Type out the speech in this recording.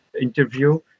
interview